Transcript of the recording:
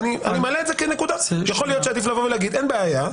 אין בעיה,